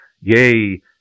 yea